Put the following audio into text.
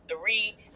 three